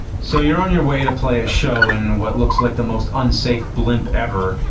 so you're on your way to play a show in what looks like the most unsafe blimp ever. yeah